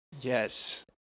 Yes